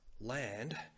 land